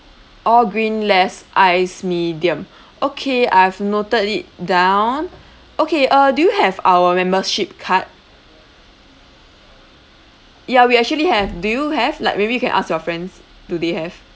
all green less ice medium okay I've noted it down okay uh do you have our membership card ya we actually have do you have like maybe you can ask your friends do they have